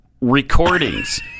recordings